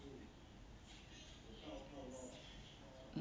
mm